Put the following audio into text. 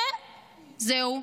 ו...זהו.